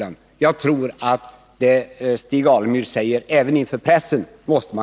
Man måste räkna med även det som Stig Alemyr säger inför pressen.